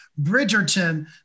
Bridgerton